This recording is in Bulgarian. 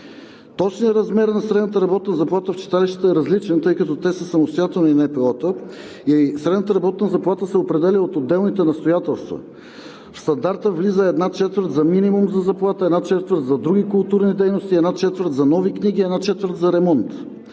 Точният размер на средната работна заплата в читалищата е различен, тъй като те са самостоятелни НПО-та и средната работна заплата се определя от отделните настоятелства. В стандарта влиза една четвърт за минимум за заплата, една четвърт за други културни дейности, една четвърт за нови книги, една четвърт за ремонт.